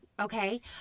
okay